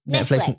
Netflix